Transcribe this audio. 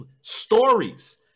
stories